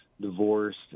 divorced